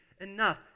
Enough